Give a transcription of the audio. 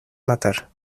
matar